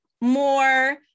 more